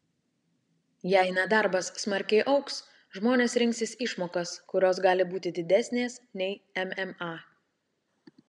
jei nedarbas smarkiai augs žmonės rinksis išmokas kurios gali būti didesnės nei mma